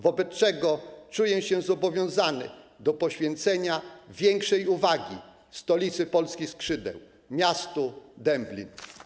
Wobec tego czuję się zobowiązany do poświęcenia większej uwagi „stolicy polskich skrzydeł” - miastu Dęblin.